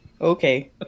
Okay